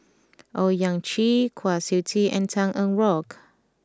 Owyang Chi Kwa Siew Tee and Tan Eng Bock